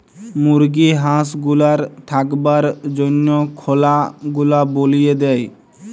মুরগি হাঁস গুলার থাকবার জনহ খলা গুলা বলিয়ে দেয়